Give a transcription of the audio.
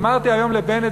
אמרתי היום לבנט,